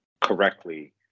correctly